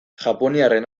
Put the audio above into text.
japoniarren